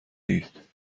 اید